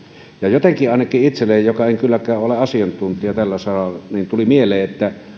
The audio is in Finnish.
jotenkin ainakin itselleni joka en kylläkään ole asiantuntija tällä saralla tuli mieleen että